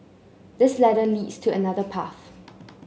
this ladder leads to another path